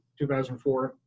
2004